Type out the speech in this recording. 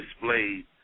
displayed